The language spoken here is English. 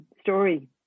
story